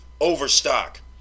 Overstock